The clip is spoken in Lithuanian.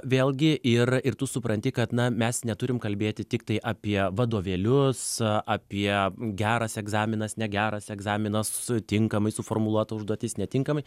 vėlgi ir ir tu supranti kad na mes neturim kalbėti tiktai apie vadovėlius apie geras egzaminas ne geras egzaminas su tinkamai suformuluota užduotis netinkamai